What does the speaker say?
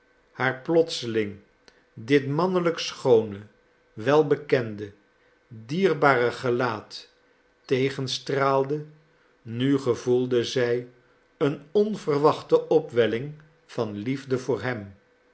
haar plotseling dit mannelijk schoone welbekende dierbare gelaat tegenstraalde nu gevoelde zij een onverwachte opwelling van liefde voor hem